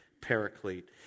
paraclete